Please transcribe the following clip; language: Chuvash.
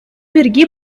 пирки